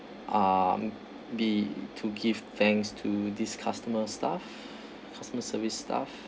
um be to give thanks to this customer staff customer service staff